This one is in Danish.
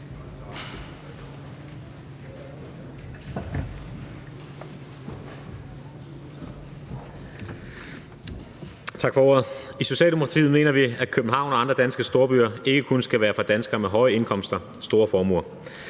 I Socialdemokratiet mener vi, at København og andre danske storbyer ikke kun skal være for danskere med høje indkomster og store formuer.